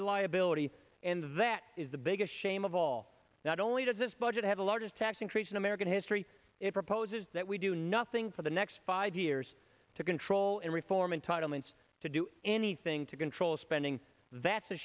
reliability and that is the biggest shame of all not only does this budget have a large tax increase in american history it proposes that we do nothing for the next five years to control and reform entitlements to do anything to control spending that's a